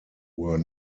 were